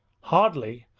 hardly.